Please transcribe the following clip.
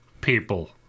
people